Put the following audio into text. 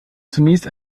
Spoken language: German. zunächst